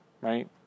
right